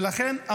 ולכן,